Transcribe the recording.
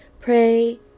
Pray